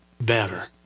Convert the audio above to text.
better